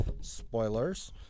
Spoilers